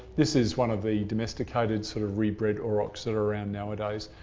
this is one of the domesticated sort of rebred aurochs that are around nowadays,